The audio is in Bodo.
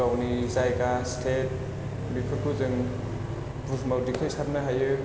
गावनि जायगा स्तेट बेफोरखौ जों बुहुमाव देखायसारनो हायो